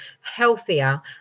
healthier